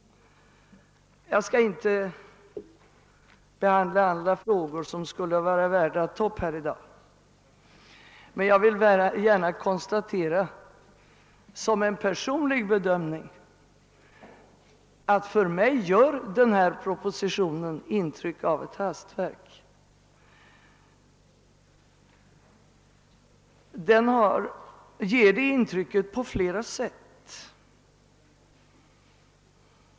Jag skall inte behandla andra frågor som skulle vara värda att ta upp här i dag, men jag vill gärna konstatera som en personlig bedömning att på mig gör denna proposition intryck av ett hastverk. Den ger det intrycket på flera sätt.